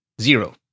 zero